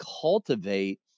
cultivate